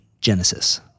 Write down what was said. Genesis